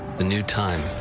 a new time.